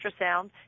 ultrasound